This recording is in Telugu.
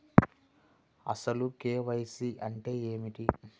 అసలు కే.వై.సి అంటే ఏమిటి?